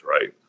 right